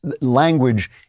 Language